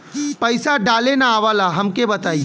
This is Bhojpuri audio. पईसा डाले ना आवेला हमका बताई?